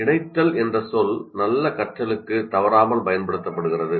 'இணைத்தல்' என்ற சொல் நல்ல கற்றலுக்கு தவறாமல் பயன்படுத்தப்படுகிறது